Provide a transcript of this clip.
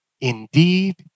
indeed